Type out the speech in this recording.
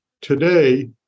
today